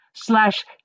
slash